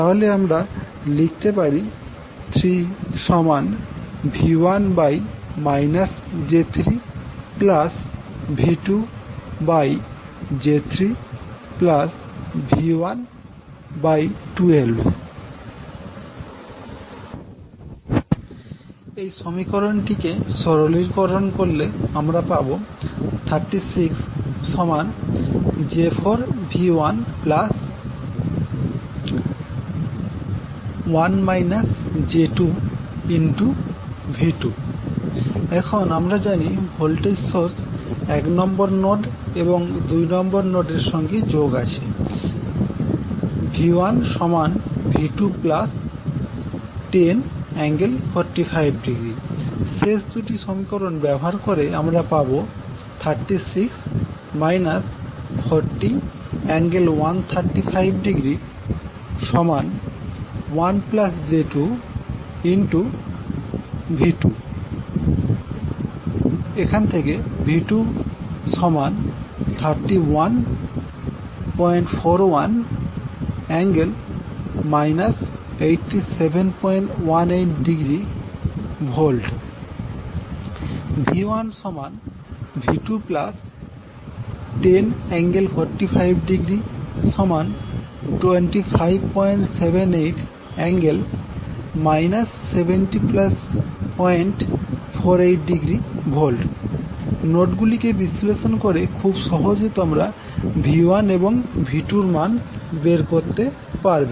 তাহলে আমরা লিখতে পারি এই সমীকরণ টি কে সরলীকরণ করলে আমরা পাবো এখন আমরা জানি ভোল্টেজ সোর্স এক নম্বর নোড এবং দুই নম্বর নোড এর সঙ্গে যোগ আছে শেষ দুটি সমীকরণ ব্যবহার করে আমরা পাবো নোড গুলিকে বিশ্লেষণ করে খুব সহজে তোমরা V1 এবং V2 এর মান বের করতে পারবে